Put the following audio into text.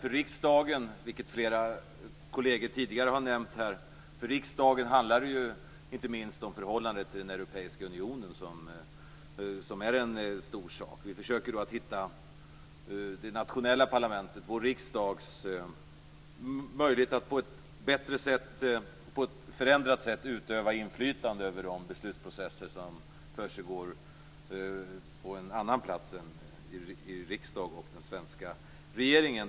För riksdagen, vilket flera kolleger tidigare har nämnt, handlar det inte minst om förhållandet till Europeiska unionen, som är en stor sak. Vi försöker att hitta det nationella parlamentets, vår riksdags, möjlighet att på ett förändrat sätt utöva inflytande över de beslutsprocesser som försiggår på en annan plats än i riksdagen och i den svenska regeringen.